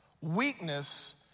weakness